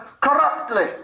corruptly